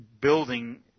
building